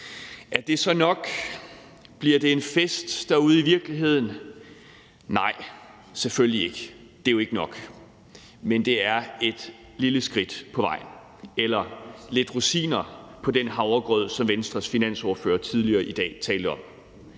Er det så nok? Bliver det en fest derude i virkeligheden? Nej, det gør det selvfølgelig ikke. Det er jo ikke nok. Men det er et lille skridt på vej, eller det er lidt rosiner på den havregrød, som Venstres finansordfører talte om